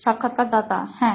সাক্ষাৎকারদাতা হ্যাঁ